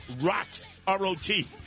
Rot-R-O-T